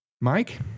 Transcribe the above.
Mike